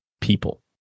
people